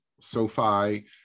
SoFi